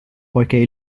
poiché